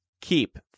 keep